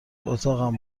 اتاقم